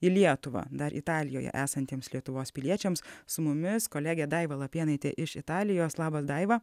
į lietuvą dar italijoje esantiems lietuvos piliečiams su mumis kolegė daiva lapėnaitė iš italijos labas daiva